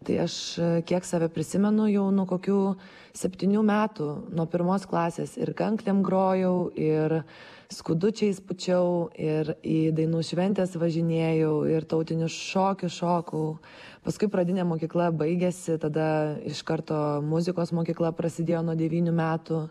tai aš kiek save prisimenu jau nuo kokių septynių metų nuo pirmos klasės ir kanklėm grojau ir skudučiais pūčiau ir į dainų šventes važinėjau ir tautinius šokius šokau paskui pradinė mokykla baigėsi tada iš karto muzikos mokykla prasidėjo nuo devynių metų